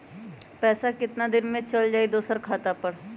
पैसा कितना दिन में चल जाई दुसर खाता पर?